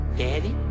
Daddy